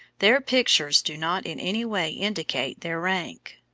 their pictures do not in any way indicate their rank.